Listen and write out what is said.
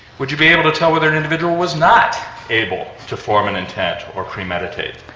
would you be able to tell whether an individual was not able to form an intent or premeditate?